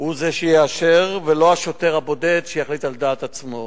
הוא זה שיאשר, ולא השוטר הבודד יחליט על דעת עצמו.